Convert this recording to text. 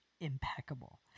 impeccable